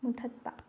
ꯃꯨꯊꯠꯄ